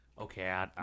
Okay